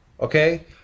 Okay